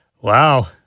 Wow